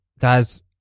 Guys